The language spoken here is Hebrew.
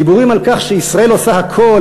דיבורים על כך שישראל עושה הכול,